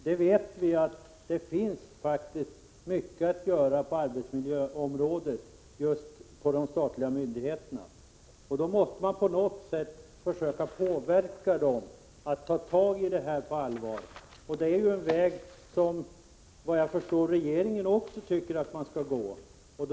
Vi vet ju att det faktiskt finns mycket att göra på arbetsmiljöområdet när det gäller just de statliga myndigheterna. Därför måste man på något sätt försöka påverka dessa, så att de på allvar tar tag i detta. Såvitt jag förstår tycker också regeringen att man skall gå den vägen.